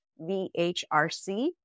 vhrc